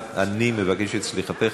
אני מבקש את סליחתך,